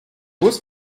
bus